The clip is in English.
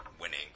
winning